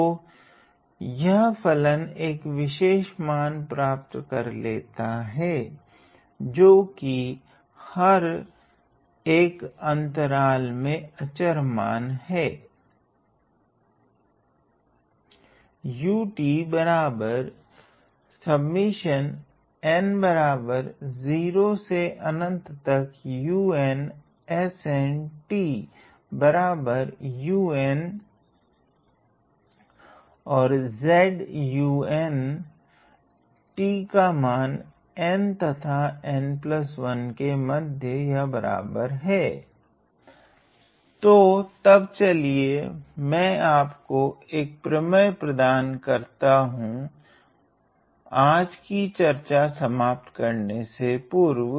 तो यह फलन एक विशेष मान प्राप्त कर लेता हैं जो कि हर एक अंतराल में आचार मान हैं तो तब चलिए मैं आपको अक प्रमेय प्रदान करता हूँ आज कि चर्चा समाप्त करने से पूर्व